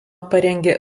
parengė